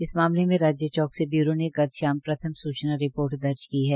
इस मामले में राज्य चौकसी ब्यूरो ने गत शाम प्रथम सूचना रिपोर्ट दर्ज की है